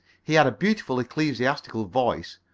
he had a beautiful, ecclesiastical voice.